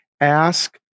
Ask